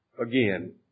again